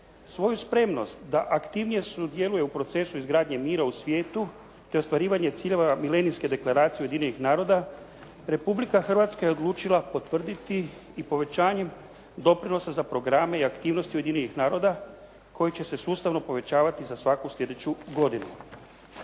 Svoju spremnost da aktivnije sudjeluje u procesu izgradnje mira u svijetu te ostvarivanje ciljeva milenijske deklaracije Ujedinjenih naroda Republika Hrvatska je odlučila potvrditi i povećanjem doprinosa za programe i aktivnosti Ujedinjenih naroda koji će se sustavno povećavati za svaku sljedeću godinu.